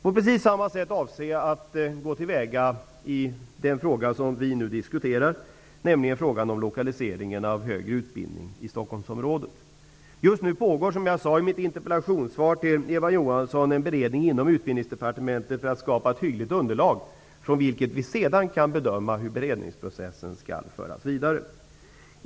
På precis samma sätt avser jag att gå till väga i den fråga som vi nu diskuterar, dvs. frågan om lokaliseringen av högre utbildning i Just nu pågår, som jag sade i mitt interpellationssvar till Eva Johansson, en beredning inom Utbildningsdepartementet för att skapa ett hyggligt underlag från vilket vi sedan kan bedöma hur beredningsprocessen skall föras vidare.